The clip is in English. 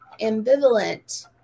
ambivalent